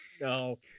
no